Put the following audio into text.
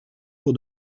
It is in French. pour